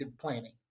planning